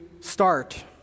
start